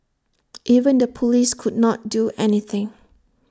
even the Police could not do anything